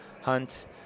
hunt